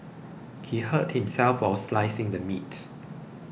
he hurt himself while slicing the meat